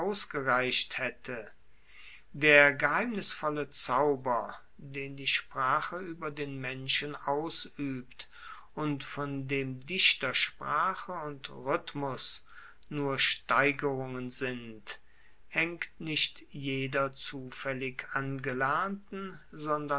ausgereicht haette der geheimnisvolle zauber den die sprache ueber den menschen ausuebt und von dem dichtersprache und rhythmus nur steigerungen sind haengt nicht jeder zufaellig